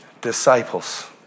disciples